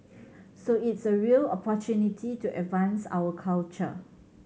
so it's a real opportunity to advance our culture